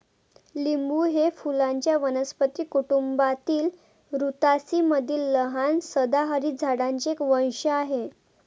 लिंबू हे फुलांच्या वनस्पती कुटुंबातील रुतासी मधील लहान सदाहरित झाडांचे एक वंश आहे